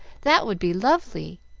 that would be lovely!